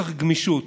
צריך גמישות,